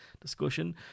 discussion